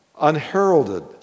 unheralded